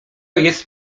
jest